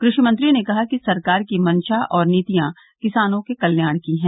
कृषि मंत्री ने कहा कि सरकार की मंशा और नीतियां किसानों के कल्याण की हैं